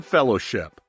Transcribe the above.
Fellowship